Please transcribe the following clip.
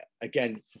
Again